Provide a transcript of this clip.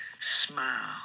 Smile